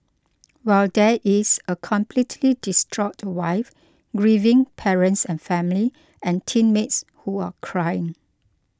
while there is a completely distraught wife grieving parents and family and teammates who are crying